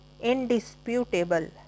Indisputable